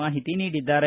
ಮಾಹಿತಿ ನೀಡಿದ್ದಾರೆ